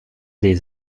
des